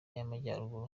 y’amajyaruguru